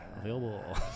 Available